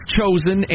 chosen